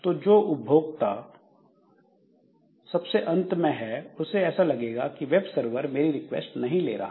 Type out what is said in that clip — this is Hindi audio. तो जो उपभोक्ता सबसे अंत में है उसे ऐसा लगेगा कि वेब सर्वर मेरी रिक्वेस्ट ले ही नहीं रहा